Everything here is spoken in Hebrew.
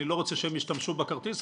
אני לא רוצה שהם השתמשו בכרטיס,